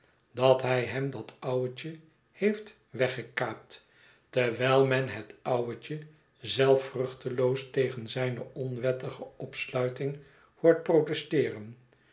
dat hij hem dat ouwetje heeft weggekaapt terwijl men het ouwetje zelf vruchteloos tegen zijne onwettige opsluiting hoort protesteeren